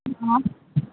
हँ